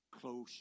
close